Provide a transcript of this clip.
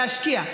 להשקיע.